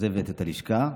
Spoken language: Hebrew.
שעוזבת את הלשכה.